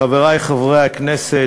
חברי חברי הכנסת,